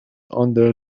under